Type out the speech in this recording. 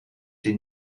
die